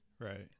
Right